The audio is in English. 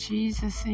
Jesus